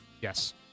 Yes